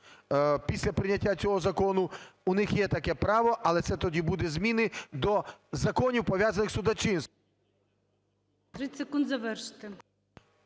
після прийняття цього закону, у них є таке право, але це тоді буде зміни до законів, пов'язаних із судочинством.